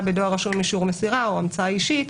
בדואר רשום עם אישור מסירה או המצאה אישית,